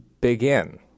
begin